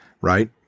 right